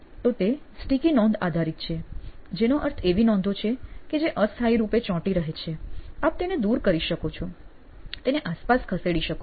તો તે સ્ટિકી નોંધ આધારિત છે જેનો અર્થ એવી નોંધો છે કે જે અસ્થાયી રૂપે ચોંટી રહે છે આપ તેને દૂર કરી શકો છો તેને આસપાસ ખસેડી શકો છો